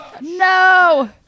No